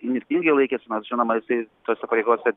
inirtingai laikėsi nors žinoma jisai tose pareigose